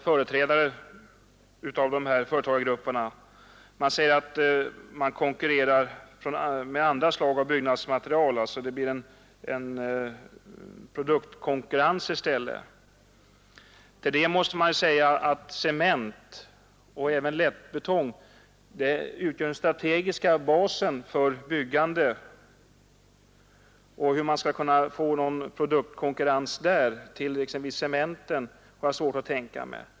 Företrädare för dessa företagsgrupper framhåller att man konkurrerar med olika slag av byggnadsmaterial. Det blir en produktkonkurrens i stället. Cement och lättbetong utgör den strategiska basen för byggande. Att man skulle kunna få någon produktkonkurrens där har jag svårt att tänka mig.